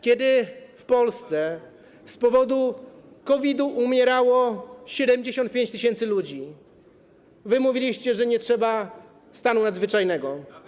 Kiedy w Polsce z powodu COVID-u umierało 75 tys. ludzi, wy mówiliście, że nie trzeba wprowadzać stanu nadzwyczajnego.